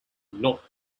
not